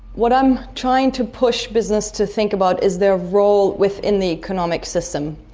what i'm trying to push business to think about is their role within the economic system,